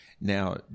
Now